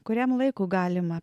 kuriam laiku galima